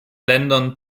ländern